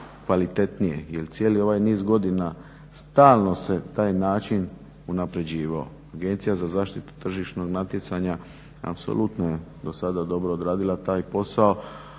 kvalitetnije jer cijeli ovaj niz godina stalno se taj način unapređivao. AZTN apsolutno je do sada dobro odradila taj posao,